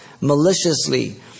maliciously